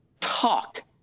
talk